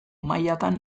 mailatan